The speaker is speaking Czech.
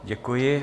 Děkuji.